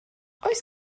oes